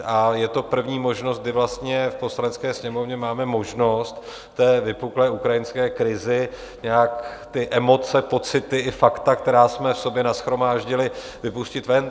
A je to první možnost, kdy vlastně v Poslanecké sněmovně máme možnost k té vypuklé ukrajinské krizi nějak ty emoce, pocity i fakta, které jsme v sobě nashromáždili, vypustit ven.